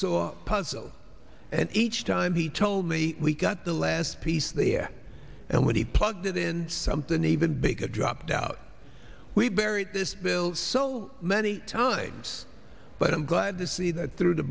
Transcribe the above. saw puzzle and each time he told me we got the last piece there and when he plugged it in something even bigger dropped out we buried this bill so many times but i'm glad to see that through the